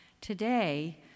Today